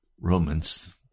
Romans